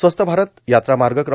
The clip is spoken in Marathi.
स्वस्थ भारत यात्रा मार्ग क्र